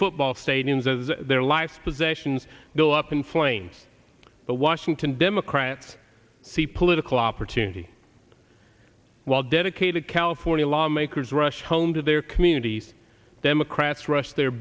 football stadiums as their life's possessions go up in flames but washington democrats see political opportunity while dedicated california lawmakers rush home to their communities democrats rushed the